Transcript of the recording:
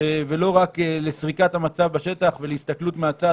ולא רק לסריקת המצב בשטח ולהסתכלות מהצד